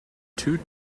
two